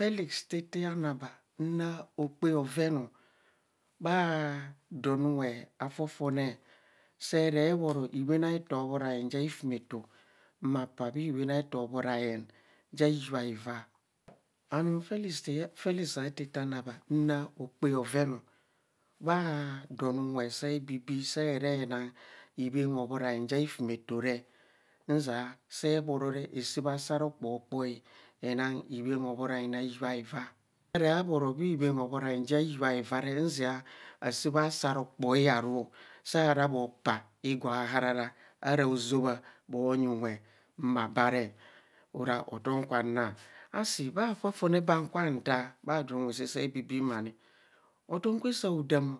Lelix teto anaba naa okpaa oven ọ, daa donure afofone. Seree bhoro ibhen deto hoborayen ja hibha ivaa, anum felix atete anaba naa okpaa oven o bhaa donunwe sa ebibii see bhoro re asaa bha sa rokpokpoi, enang ibhen hobhora yen ja hiyubha hivao nzia asaa bha saa kpoe aru saa hara bho paa igo aharara ara hozobha bhonyi unwe mma baa re ora hotom kwa nna, asi bha fofone bha kua nta bha donunwe saa, sa ebibii ma ni, hoten kwe saadam